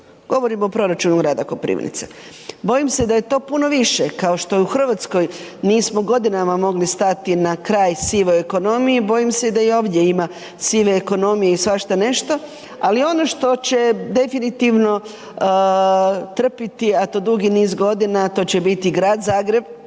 govorim o proračunu grada Koprivnice. Bojim se da je to puno više, kao što u Hrvatskoj nismo godinama mogli stati na kraj sivoj ekonomiji, bojim se da i ovdje ima sive ekonomije i svašta nešto. Ali ono što će definitivno trpiti, a to dugi niz godina to će biti grad Zagreb,